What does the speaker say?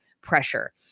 pressure